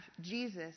Jesus